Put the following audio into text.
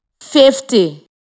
fifty